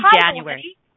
January